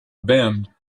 ben